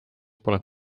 pole